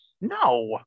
No